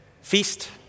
feast